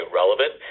relevant